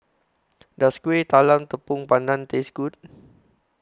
Does Kuih Talam Tepong Pandan Taste Good